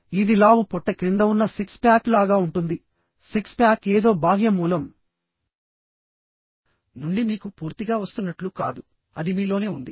ఇది లావు పొట్ట క్రింద ఉన్న సిక్స్ ప్యాక్ లాగా ఉంటుంది సిక్స్ ప్యాక్ ఏదో బాహ్య మూలం నుండి మీకు పూర్తిగా వస్తున్నట్లు కాదు అది మీలోనే ఉంది